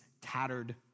tattered